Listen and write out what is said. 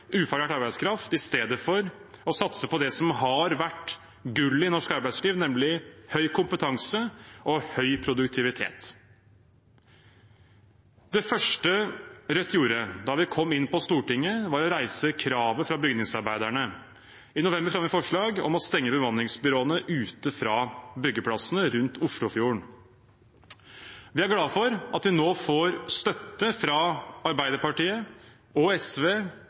ufaglært arbeidskraft i stedet for å satse på det som har vært gullet i norsk arbeidsliv, nemlig høy kompetanse og høy produktivitet. Det første Rødt gjorde da vi kom inn på Stortinget, var å reise kravet fra bygningsarbeiderne. I november fremmet vi forslag om å stenge bemanningsbyråene ute fra byggeplassene rundt Oslofjorden. Vi er glade for at vi nå får støtte fra Arbeiderpartiet, SV og